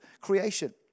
creation